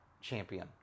champion